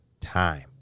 time